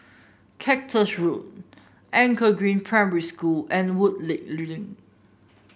Cactus Road Anchor Green Primary School and Woodleigh Link